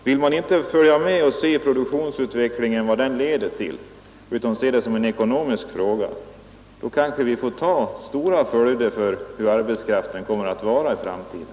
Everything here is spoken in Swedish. Vill man inte följa med och se vad produktionsutvecklingen leder till utan ser detta som en ekonomisk fråga kanske vi får finna oss i svåra följder för arbetskraften i framtiden.